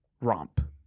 romp